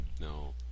No